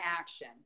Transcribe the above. action